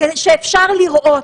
שאפשר לראות,